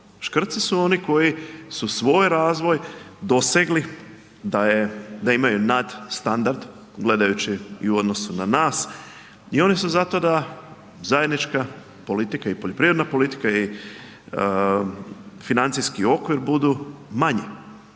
Škrci su oni koji su svoj razvoj dosegli da imaju nadstandard gledajući u odnosu na nas i oni su za to da zajednička politika i poljoprivredne politika i financijski okvir budu manji